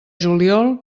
juliol